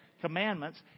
Commandments